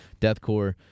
deathcore